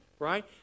right